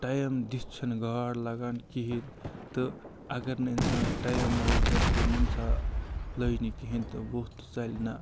time دِتھ چھِنہٕ گاڈ لگان کِہیٖنۍ تہٕ اگر نہٕ اِنسانَس ٹایم اوس دَپہِ ہے مےٚ نَہ سا لٔج نہٕ کِہیٖنۍ تہٕ ووٚتھ تہٕ ژَلہِ نَہ